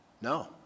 No